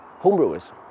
homebrewers